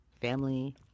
family